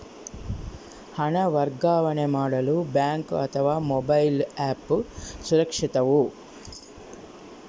ಹಣ ವರ್ಗಾವಣೆ ಮಾಡಲು ಬ್ಯಾಂಕ್ ಅಥವಾ ಮೋಬೈಲ್ ಆ್ಯಪ್ ಸುರಕ್ಷಿತವೋ?